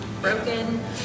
broken